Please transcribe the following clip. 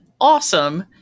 awesome